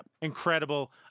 Incredible